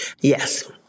Yes